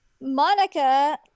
Monica